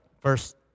first